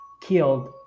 killed